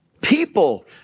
People